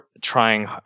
trying